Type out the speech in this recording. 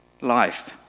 life